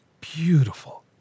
beautiful